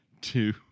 two